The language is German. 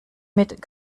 mit